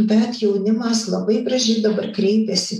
bet jaunimas labai gražiai dabar kreipiasi